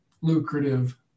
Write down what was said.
lucrative